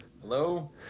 Hello